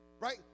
Right